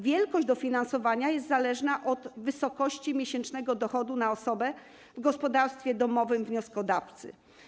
Wysokość dofinansowania jest zależna od wysokości miesięcznego dochodu na osobę w gospodarstwie domowym wnioskodawcy.